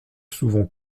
souvent